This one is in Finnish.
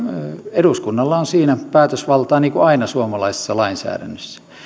eduskunnalla on siinä päätösvaltaa niin kuin aina suomalaisessa lainsäädännössä